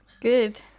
Good